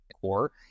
core